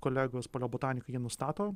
kolegos paleobotanikai jie nustato